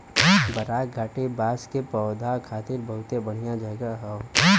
बराक घाटी बांस के पौधा खातिर बहुते बढ़िया जगह हौ